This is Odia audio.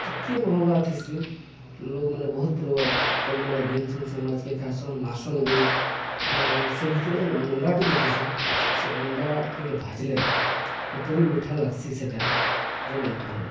ଟିକେ ମହଙ୍ଗା ଥିସି ଲୋକ୍ମାନେ ବହୁତ୍ ପରିମାଣ ପରିମାଣ୍ରେ ଘିନ୍ସନ୍ ସେ ମାଛ୍କେ ଖାଏସନ୍ ମାର୍ସନ୍ ବି ଆରୁ ସେ ଭିତ୍ରେ ଯେନ୍ ଅଣ୍ଡା ଟିକେ ଥିସି ସେ ଅଣ୍ଡା ଟିକେ ଭାଜ୍ଲେ ଏପରି ମିଠା ଲାଗ୍ସି ସେଟା ଯେ ନି କହନ